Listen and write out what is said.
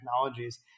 technologies